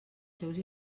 seus